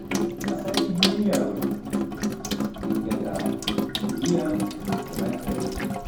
Asalii duuniyaaru ɗum daga ndiyam e makkere.